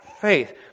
faith